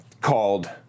called